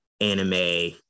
anime